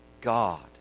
God